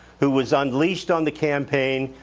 who was unleashed on the campaign,